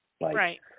right